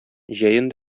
җәен